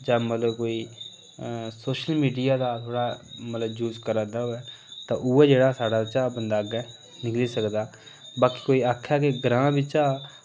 जां मतलब कोई सोशल मीडिया दा थोह्ड़ा मतलब जूस करै दा होऐ तां उ'यै जेह्ड़ा साढ़े चा बंदा अग्गें निकली सकदा बाकी कोई आखै कि ग्रां बिच्चा